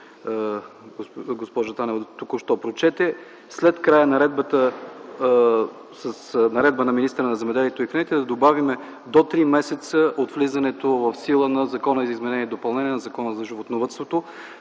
госпожа Танева прочете. След края „с наредба на министъра на земеделието и храните” да добавим „до три месеца от влизането в сила на Закона за изменение и допълнение на Закона за животновъдството”.